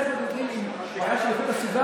איך מתמודדים עם בעיה של איכות הסביבה?